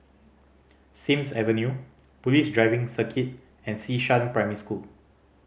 Sims Avenue Police Driving Circuit and Xishan Primary School